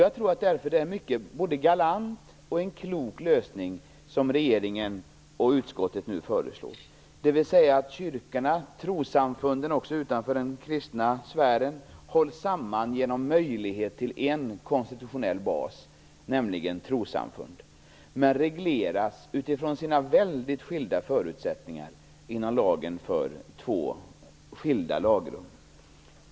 Jag tror att det därför är en både galant och klok lösning som regeringen och utskottet nu föreslår, dvs. att kyrkorna och också trossamfunden utanför den kristna sfären hålls samman genom möjlighet till en konstitutionell bas, nämligen trossamfundet, men regleras utifrån sina väldigt skilda förutsättningar inom ramen för två skilda lagrum.